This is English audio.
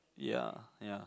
ya ya